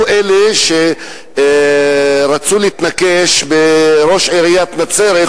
אלה שרצו להתנקש בראש עיריית נצרת,